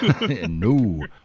No